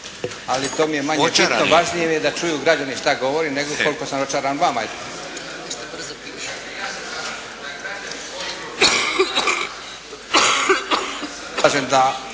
ali to mi je manje bitno, važnije mi je da čuju građani šta govorim nego koliko sam očaran vama. Kažem da